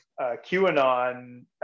QAnon